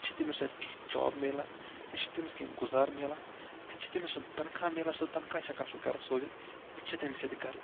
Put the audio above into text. أسۍ چھِ تٔمِس تَتہِ کیٚنٛہہ جاب میلان أسۍ چھِ تٔمِس کیٚنٛہہ گُذارٕ میلان أسۍ چھِ تٔمِس تنخاہ میلان سُہ تنخاہ چھُ ہٮ۪کان سُہ گرٕ سوٗزِتھ أسۍ چھِ تٔمِس ییٚتہِ گرٕ